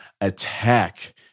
attack